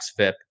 XFIP